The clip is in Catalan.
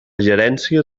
gerència